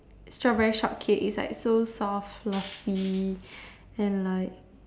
strawberry shortcake it's like so soft fluffy and like